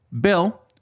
Bill